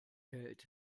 hält